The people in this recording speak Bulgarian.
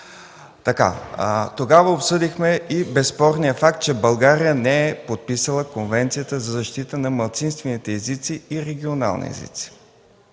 Тогава обсъдихме и безспорния факт, че България не е подписала Конвенцията за защита на малцинствените и регионални езици.